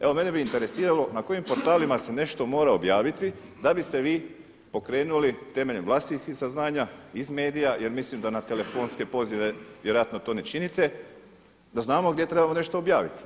Evo mene bi interesiralo na kojim portalima se nešto mora objaviti da biste vi pokrenuli temeljem vlastitih saznanja, iz medija, jer mislim da na telefonske pozive vjerojatno to ne činite da znamo gdje trebamo nešto objaviti.